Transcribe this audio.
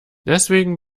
deswegen